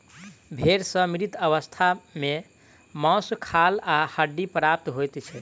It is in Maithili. भेंड़ सॅ मृत अवस्था मे मौस, खाल आ हड्डी प्राप्त होइत छै